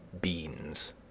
beans—